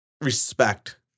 respect